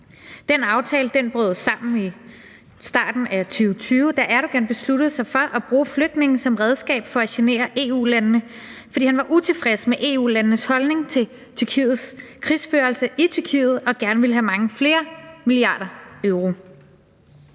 Den aftale brød sammen i starten af 2020, da Erdogan besluttede sig for at bruge flygtninge som redskab for at genere EU-landene, fordi han var utilfreds med EU-landenes holdning til Tyrkiets krigsførelse i Tyrkiet og gerne ville have mange flere milliarder euro.